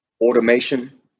automation